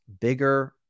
bigger